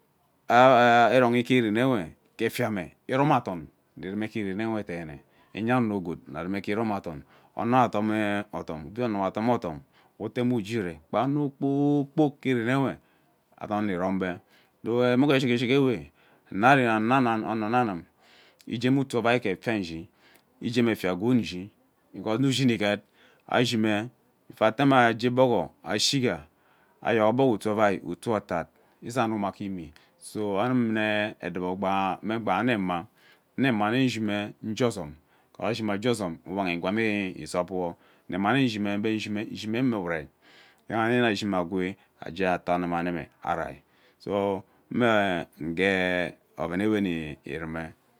Ea irong ke rem nwe ke efiame irome adom ini rume gee rene deene ano gwood ami rume ke irome adon amo ewe adom adom obie ono we adom odom we ute me ugere ano kpoo kpok ke renewe adon nne rombe thy enuke shigi shigi ewe ano ane ona nnanum igae mme utu ovai gee efia nshi igee mma efia gwood nshi because nne ushi une get a shime before atame ugi gbogo ashiga ayogo gbogo utu ovai uto otad izangme ge imie so anum mune mme nshime ngee ozom because ashime agee ozom uwang igwari izop wo nne mmanghe ushime bami ushine mune urei aghaha yene ashime agwe agee ato ashime agwe agee ato ghemenene ame erei so mme nge oven ewe nnirume.